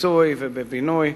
בפיצוי ובבינוי,